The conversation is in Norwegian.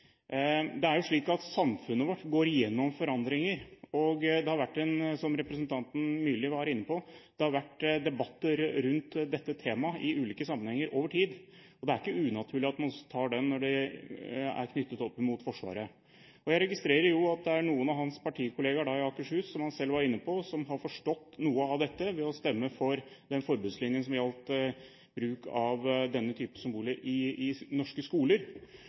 Det er slik at samfunnet vårt går igjennom forandringer, og som representanten Myrli var inne på, har det over tid vært debatter om dette temaet i ulike sammenhenger. Det er ikke unaturlig at man også tar debatten når det er knyttet opp mot Forsvaret. Jeg registrerer at det er noen av hans partikollegaer i Akershus – som han selv var inne på – som har forstått noe av dette ved å stemme for den forbudslinjen som gjelder bruk av denne typen symboler i norske skoler.